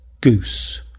goose